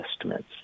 estimates